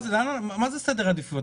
מה זה סדר עדיפויות?